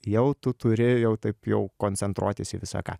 jau tu turi jau taip jau koncentruotis į visą ką